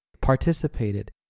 participated